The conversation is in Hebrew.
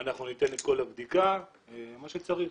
ניתן את כל הבדיקה כפי שצריך.